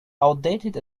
outdated